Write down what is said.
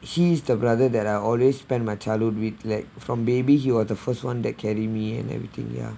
he's the rather that are always spend my childhood with like from baby he was the first one that carry me and everything ya